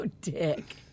dick